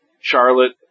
Charlotte